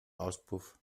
auspuff